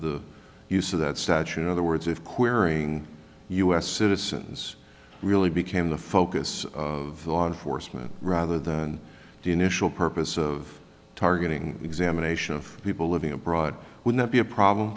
the use of that statue in other words if queering us citizens really became the focus of law enforcement rather than the initial purpose of targeting examination of people living abroad would not be a problem